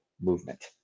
movement